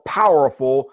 powerful